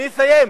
אני אסיים.